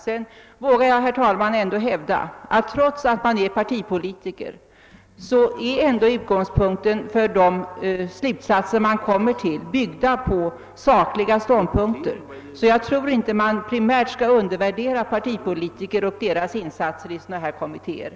Sedan vågar jag också hävda, att trots att man är partipolitiker så är ändå de slutsatser man kommer fram tiil byggda på sakskäl. Därför tror jag inte att vi primärt skall undervärdera partipolitikerna och deras insatser i kommittéer av detta slag.